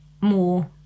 more